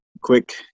quick